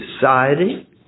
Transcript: society